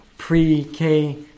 pre-K